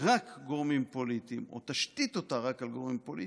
רק גורמים פוליטיים או תשתית אותה רק על גורמים פוליטיים,